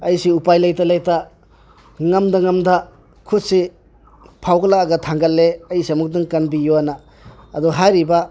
ꯑꯩꯁꯨ ꯎꯄꯥꯏ ꯂꯩꯇ ꯂꯩꯇ ꯉꯝꯗ ꯉꯝꯗ ꯈꯨꯠꯁꯤ ꯐꯥꯎꯒꯠꯂꯛꯑꯒ ꯊꯥꯡꯒꯠꯂꯦ ꯑꯩꯁꯦ ꯑꯃꯨꯛꯇꯪ ꯀꯟꯕꯤꯌꯣꯅ ꯑꯗꯣ ꯍꯥꯏꯔꯤꯕ